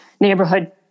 neighborhood